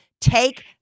take